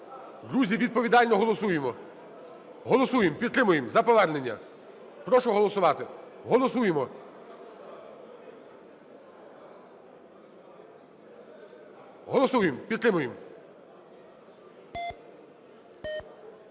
Друзі, відповідально голосуємо! Голосуємо, підтримуємо. За повернення. Прошу голосувати. Голосуємо. Голосуємо, підтримуємо.